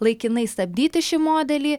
laikinai stabdyti šį modelį